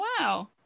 Wow